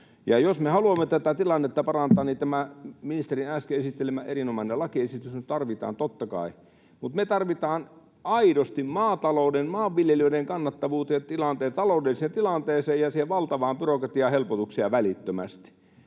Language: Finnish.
Jos me haluamme tätä tilannetta parantaa, niin tämä ministerin äsken esittelemä erinomainen lakiesitys nyt tarvitaan, totta kai, mutta me tarvitaan aidosti maanviljelijöille maatalouden kannattavuuteen, taloudelliseen tilanteeseen ja siihen valtavaan byrokratiaan helpotuksia välittömästi.